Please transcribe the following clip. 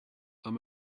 our